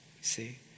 See